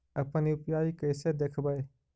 अपन यु.पी.आई कैसे देखबै?